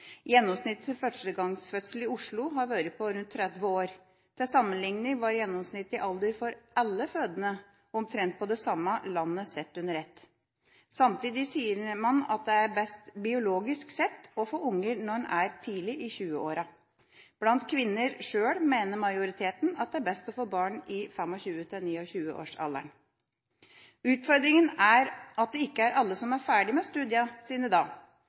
i Oslo har vært på rundt 30 år. Til sammenligning er gjennomsnittlig alder for alle fødende omtrent det samme for hele landet sett under ett. Samtidig sier man at det er best, biologisk sett, å få unger når man er tidlig i tjueårene. Blant kvinner mener majoriteten at det er best å få barn i 25–29-årsalderen. Utfordringen er at det ikke er alle som er ferdige med studiene sine da,